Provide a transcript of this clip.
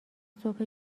صبح